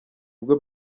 bwo